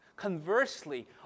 Conversely